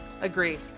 agree